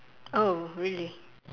oh really